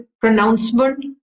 pronouncement